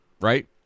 right